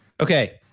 Okay